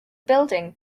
building